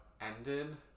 ended